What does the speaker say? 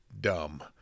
dumb